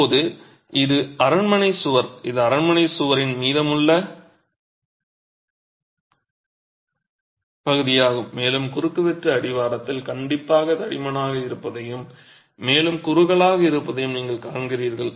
இப்போது இது அரண்மனை சுவர் இது அரண்மனை சுவரின் மீதமுள்ள பகுதியாகும் மேலும் குறுக்குவெட்டு அடிவாரத்தில் கண்டிப்பாக தடிமனாக இருப்பதையும் மேலே குறுகலாக இருப்பதையும் நீங்கள் காண்கிறீர்கள்